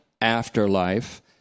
afterlife